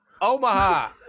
Omaha